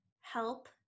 help